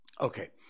Okay